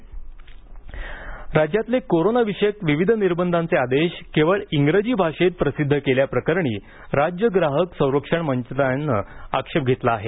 आदेश डुग्रजीत राज्यातील कोरोनाविषयक विविध निर्बंधांचे आदेश केवळ इंग्रजी भाषेत प्रसिद्ध केल्या प्रकरणी राज्य ग्राहक संरक्षण मंचाने आक्षेप घेतला आहे